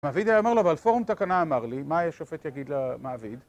מעביד היה אומר לו, אבל פורום תקנה אמר לי, מה השופט יגיד למעביד?